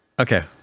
Okay